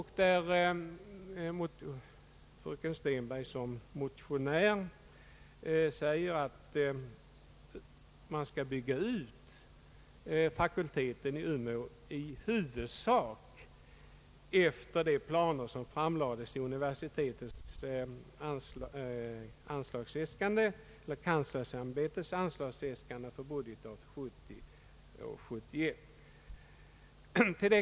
Fröken Stenberg motionerar om att man skall bygga ut fakulteten i Umeå i huvudsak efter de planer som framlagts i kanslersämbetets äskande för budgetåret 1970/71.